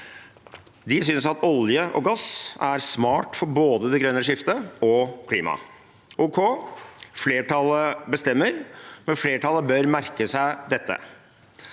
De synes at olje og gass er smart både for det grønne skiftet og for klimaet. Ok, flertallet bestemmer, men flertallet bør merke seg dette: